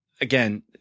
again